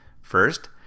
First